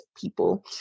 people